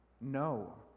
No